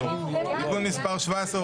(תיקון מס' 17,